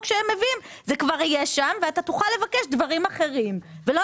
שהם מביאים זה כבר יהיה שם ואתה תוכל לבקש דברים אחרים ולא